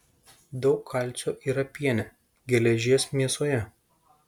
daug kalcio yra piene geležies mėsoje